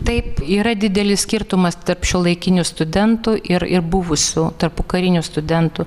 taip yra didelis skirtumas tarp šiuolaikinių studentų ir ir buvusių tarpukarinių studentų